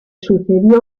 sucedió